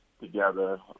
together